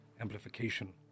amplification